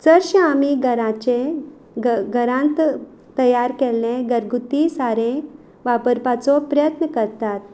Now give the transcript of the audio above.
चडशें आमी घराचें ग घरांत तयार केल्लें घरगुती सारें वापरपाचो प्रयत्न करतात